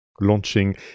launching